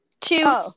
two